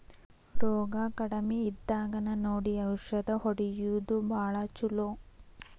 ರೋಗಾ ಕಡಮಿ ಇದ್ದಾಗನ ನೋಡಿ ಔಷದ ಹೊಡಿಯುದು ಭಾಳ ಚುಲೊ